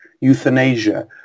euthanasia